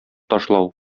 ташлау